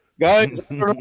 guys